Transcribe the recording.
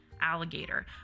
alligator